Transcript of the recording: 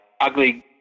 Ugly